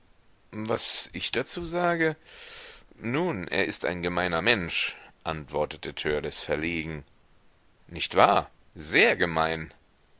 was ich dazu sage nun er ist ein gemeiner mensch antwortete törleß verlegen nicht wahr sehr gemein